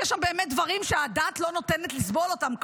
יש שם באמת דברים שהדעת לא נותנת לסבול אותם,